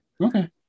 Okay